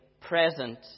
present